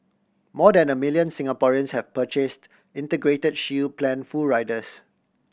more than the million Singaporeans have purchased Integrated Shield Plan full riders